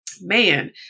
man